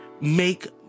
make